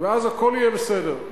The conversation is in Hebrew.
ואז הכול יהיה בסדר,